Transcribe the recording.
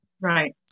Right